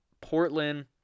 Portland